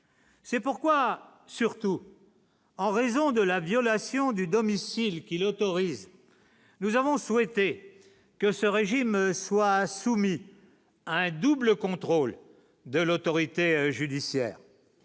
C'est pourquoi, surtout en raison de la violation du domicile qui l'autorise, nous avons souhaité que ce régime soit soumis à un double contrôle de l'autorité judiciaire